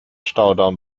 staudamm